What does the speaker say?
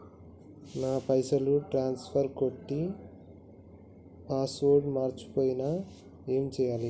నా పైసల్ ట్రాన్స్ఫర్ కొట్టే పాస్వర్డ్ మర్చిపోయిన ఏం చేయాలి?